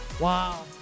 wow